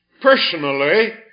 personally